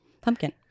pumpkin